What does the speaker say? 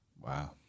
Wow